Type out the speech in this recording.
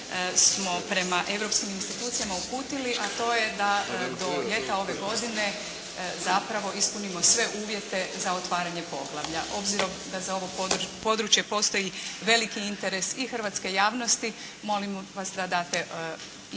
smo prema europskim institucijama uputili, a to je da do ljeta ove godine zapravo ispunimo sve uvjete za otvaranjem poglavlja. Obzirom da za ovo područje postoji veliki interes i hrvatske javnosti molim vas da date informaciju